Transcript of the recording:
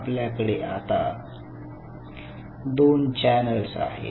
आपल्याकडे आता आता दोन चॅनेल्स आहेत